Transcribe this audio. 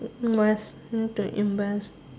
West near the in West